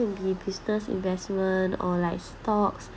be business investment or like stocks